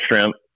shrimp